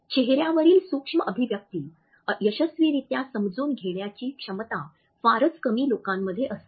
चेहऱ्यावरील सूक्ष्म अभिव्यक्ती यशस्वीरित्या समजून घेण्याची क्षमता फारच कमी लोकांमध्ये असते